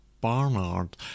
barnard